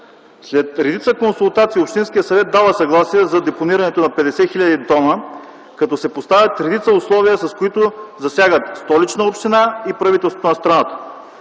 След редица консултации общинският съвет дава съгласие за депонирането на 50 хил. т., като се поставят редица условия, които засягат Столична община и правителството на страната.